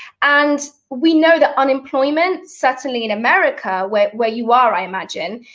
and we know that unemployment, certainly in america, where where you are i imagine,